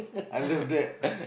I love that